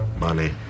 Money